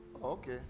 okay